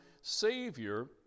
Savior